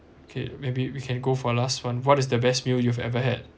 okay maybe we can go for a last one what is the best meal you've ever had